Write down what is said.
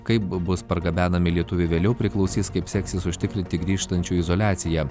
kaip bus pargabenami lietuviai vėliau priklausys kaip seksis užtikrinti grįžtančiųjų izoliaciją